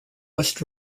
west